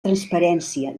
transparència